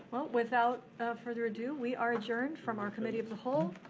well without further ado, we are adjourned from our committee of the whole.